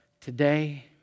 today